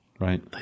Right